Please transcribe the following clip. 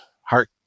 heart